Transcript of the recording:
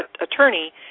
attorney